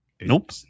Nope